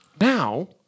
Now